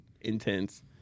intense